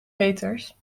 peeters